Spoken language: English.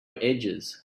edges